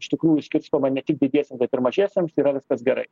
iš tikrųjų skirstoma ne tik didiesiem bet ir mažiesiems yra viskas gerai